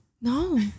No